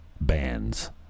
bands